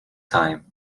time